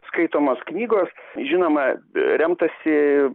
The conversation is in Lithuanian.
skaitomos knygos žinoma remtasi